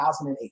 2008